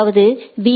அதாவது பி